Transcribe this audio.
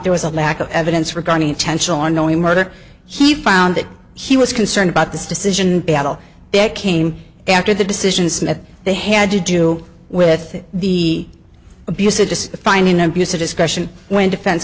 there was a lack of evidence regarding intentional ongoing murder he found that he was concerned about this decision battle that came after the decisions that they had to do with the abuse or just finding abuse of discretion when defense